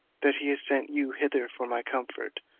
that he has sent you hither for my comfort,